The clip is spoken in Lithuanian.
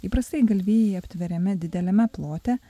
įprastai galvijai atveriami dideliame plote